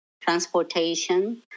transportation